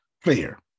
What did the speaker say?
fair